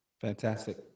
fantastic